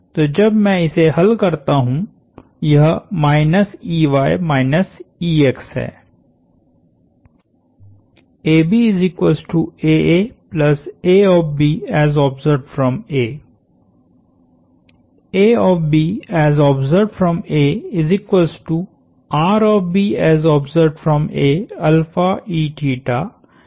तो जब मैं इसे हल करता हु यह है